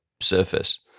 surface